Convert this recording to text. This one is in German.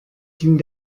ging